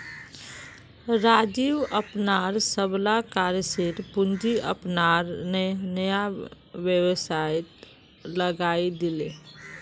राजीव अपनार सबला कार्यशील पूँजी अपनार नया व्यवसायत लगइ दीले